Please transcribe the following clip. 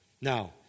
Now